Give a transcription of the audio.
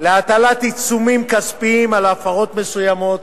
להטלת עיצומים כספיים על הפרות מסוימות,